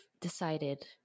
decided